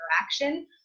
interaction